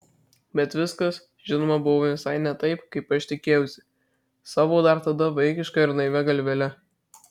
bet viskas žinoma buvo visai ne taip kaip aš tikėjausi savo dar tada vaikiška ir naivia galvele